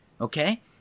okay